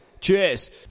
Cheers